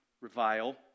revile